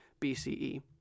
BCE